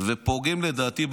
ולדעתי,